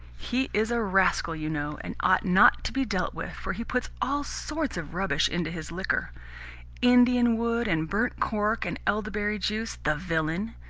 he is a rascal, you know, and ought not to be dealt with, for he puts all sorts of rubbish into his liquor indian wood and burnt cork and elderberry juice, the villain!